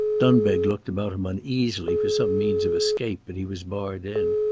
dunbeg looked about him uneasily for some means of escape but he was barred in.